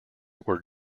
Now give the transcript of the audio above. were